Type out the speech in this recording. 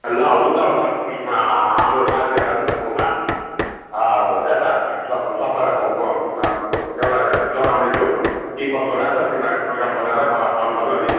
ल हुन्छ हुन्छ म यसमा हाम्रो साथीहरूलाई पनि भनौँला यता हामी सब सबैलाई म एउटा जनाउने छु के कसो लाग्छ तिमीहरू प्रोग्राम बनाएर मलाई फोन गर्नु नि